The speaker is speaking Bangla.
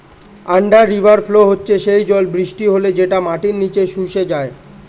আন্ডার রিভার ফ্লো হচ্ছে সেই জল বৃষ্টি হলে যেটা মাটির নিচে শুষে যায়